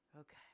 Okay